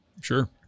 Sure